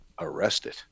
arrested